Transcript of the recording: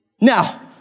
Now